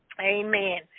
amen